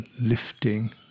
lifting